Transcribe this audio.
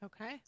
okay